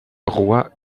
roi